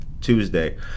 Tuesday